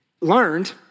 learned